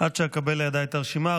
עד שאקבל לידיי את הרשימה,